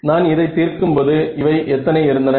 நான் இதை தீர்க்கும் போது இவை எத்தனை இருந்தன